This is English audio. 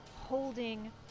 holding